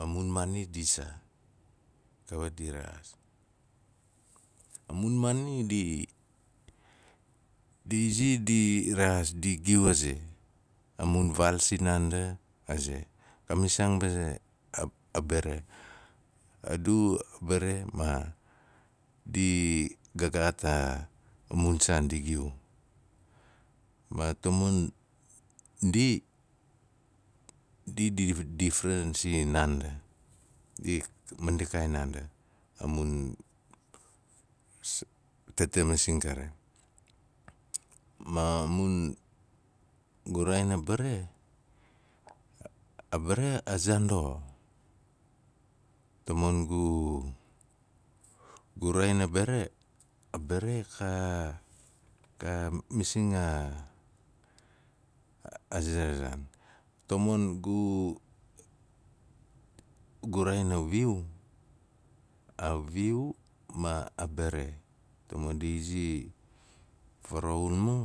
a mun maandi di sa, kawat di rexaas. A mun maani di, di zi di rexaas di giu aze, a mu faal sinaande a ze, ka misiaang bane, abare. A du bare ma- ka gaat aa mun saan di giu. Ma tamon ndi, ndi di tif ran sinaanda. Ndi- di manda kaai an naanda, a mun tete masing kare ma mun- gu raain a bare, a bare a zaan doxo, tamon gu raain a bare, a bare ka- ka masing a ze ra zaan, tamon gu- gu raain a wiu, a viu ma a bare tamon ndi izi varaxumu